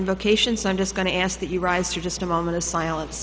invocation so i'm just going to ask that you rise to just a moment of silence